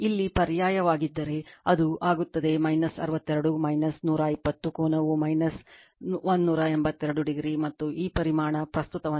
ಇಲ್ಲಿ ಪರ್ಯಾಯವಾಗಿದ್ದರೆ ಅದು ಆಗುತ್ತದೆ 62 120 ಕೋನವು 182o ಮತ್ತು ಈ ಪರಿಮಾಣ ಪ್ರಸ್ತುತವನ್ನು 2